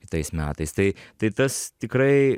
kitais metais tai tai tas tikrai